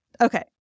Okay